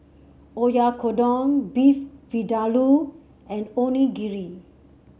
Oyakodon Beef Vindaloo and Onigiri